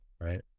right